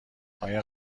آیا